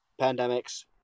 pandemics